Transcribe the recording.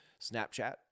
Snapchat